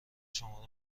شما